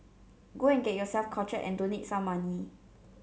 go and get yourself cultured and donate some money